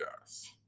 yes